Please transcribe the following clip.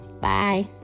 Bye